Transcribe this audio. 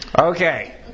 Okay